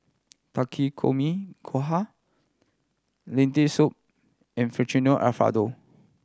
Takikomi Gohan Lentil Soup and Alfredo